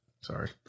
Sorry